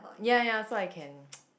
ya ya so I can